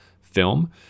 film